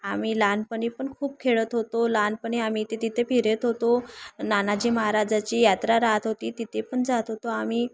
आम्ही लहानपणी पण खूप खेळत होतो लहानपणी आम्ही ते तिथे फिरत होतो नानाजी महाराजाची यात्रा राहत होती तिथे पण जात होतो आम्ही